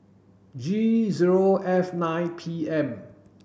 G zero F nine P M